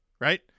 right